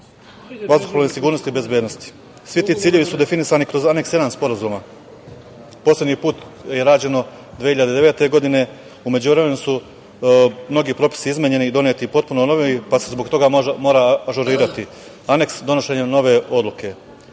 vazduhoplovne sigurnosti i bezbednosti. Svi ti ciljevi su definisani kroz Aneks 1 Sporazuma. Poslednji put je rađeno 2009. godine. U međuvremenu su mnogi propisi izmenjeni doneti potpuno novi, pa se zbog toga mora ažurirati Aneks donošenja nove odluke. Noviji